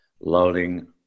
loading